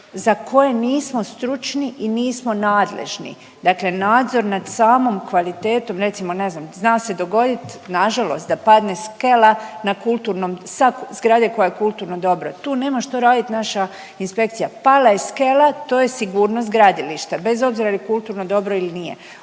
za koje nismo stručni i nismo nadležni. Dakle, nadzor nad samom kvalitetom, recimo ne znam zna se dogoditi nažalost da padne skela na kulturnom, sa zgrade koja je kulturno dobro. Tu nema šta raditi naša inspekcija, pala je skela to je sigurnost gradilišta bez obzira jel kulturno dobro ili nije.